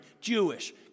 Jewish